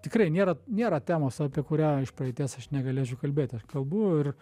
tikrai nėra nėra temos apie kurią iš praeities aš negalėčiau kalbėt aš kalbu ir